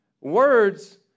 Words